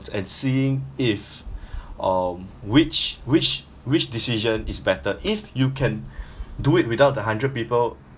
and seeing if um which which which decision is better if you can do it without a hundred people